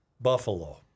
Buffalo